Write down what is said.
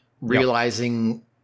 realizing